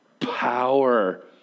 power